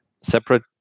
separate